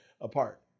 apart